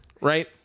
right